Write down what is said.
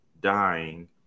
dying